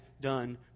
done